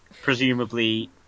presumably